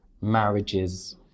marriages